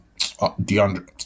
DeAndre